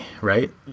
right